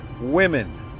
women